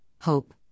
hope